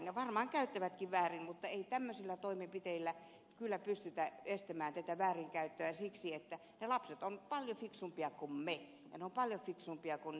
ja varmaan käyttävätkin väärin mutta ei tämmöisillä toimenpiteillä kyllä pystytä estämään tätä väärinkäyttöä siksi että ne lapset ovat paljon fiksumpia kuin me ja ne ovat paljon fiksumpia kuin niiden vanhemmat